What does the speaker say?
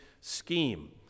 scheme